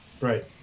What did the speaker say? right